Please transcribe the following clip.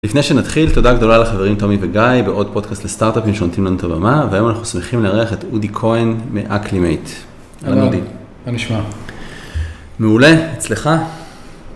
לפני שנתחיל, תודה גדולה לחברים תומי וגיא בעוד פודקאסט לסטארט-אפים שנותנים לנו את הבמה, והיום אנחנו שמחים לארח את אודי כהן מאקלימייט. אהלן, אודי. אהלן, מה נשמע? מעולה, אצלך?